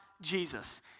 Jesus